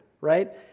right